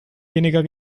weniger